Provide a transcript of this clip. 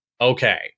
Okay